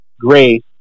grace